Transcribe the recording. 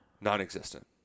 non-existent